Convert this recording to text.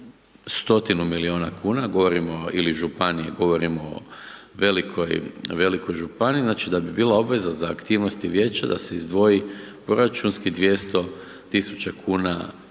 milijuna kuna, govorim ili županiji, govorimo velikoj županiji, znači da bi bila obveza za aktivnosti vijeća da se izdvoji proračunski 200 kuna